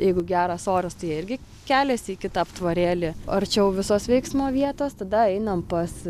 jeigu geras oras tai jie irgi keliasi į kitą aptvarėlį arčiau visos veiksmo vietos tada einam pas